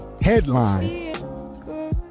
headline